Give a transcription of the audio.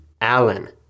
Allen